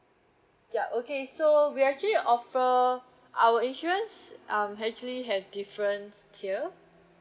ya okay so we actually offer our insurance um actually have different tier